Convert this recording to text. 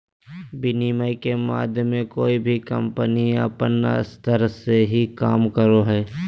विनिमय के माध्यम मे कोय भी कम्पनी अपन स्तर से ही काम करो हय